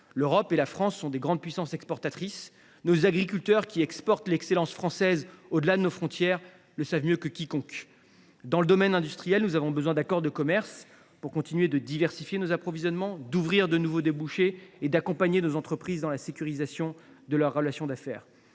L’Europe et la France sont des grandes puissances exportatrices ; nos agriculteurs, qui exportent l’excellence française au delà de nos frontières, le savent mieux que quiconque ! Dans le domaine industriel, nous avons besoin d’accords de commerce pour continuer de diversifier nos approvisionnements, d’ouvrir de nouveaux débouchés et d’accompagner nos entreprises dans la sécurisation de leurs relations d’affaires.